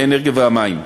האנרגיה והמים.